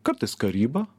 kartais karyba